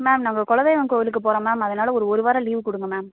ma'am நாங்கள் குலதெய்வம் கோவிலுக்கு போகறோம் மேம் அதனால் ஒரு ஒரு வாரம் லீவு கொடுங்க மேம்